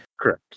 Correct